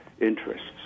interests